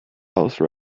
house